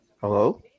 Hello